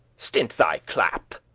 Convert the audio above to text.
stint thy clap,